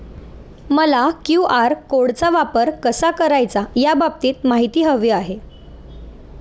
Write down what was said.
मला क्यू.आर कोडचा वापर कसा करायचा याबाबत माहिती हवी आहे